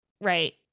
right